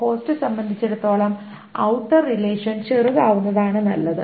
cost സംബന്ധിച്ചിടത്തോളം outer relation ചെറുതാവുന്നതാണ് നല്ലത്